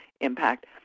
impact